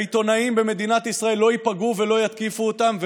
עיתונאים במדינת ישראל לא ייפגעו ולא יתקיפו אותם,